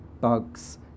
Bugs